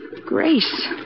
Grace